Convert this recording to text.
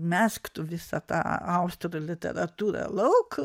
mesk tu visą tą a austrų literatūrą lauk